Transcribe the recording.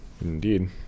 indeed